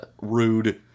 rude